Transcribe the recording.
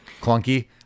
clunky